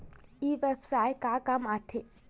ई व्यवसाय का काम आथे?